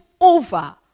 over